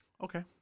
Okay